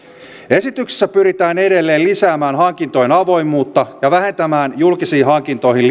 esityksessä pyritään edelleen lisäämään hankintojen avoimuutta ja vähentämään julkisiin hankintoihin